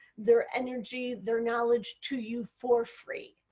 their energy, their knowledge to you for free.